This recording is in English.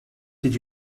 did